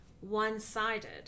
one-sided